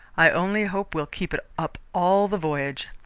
i only hope we'll keep it up all the voyage.